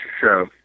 show